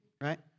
right